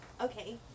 Okay